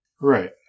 Right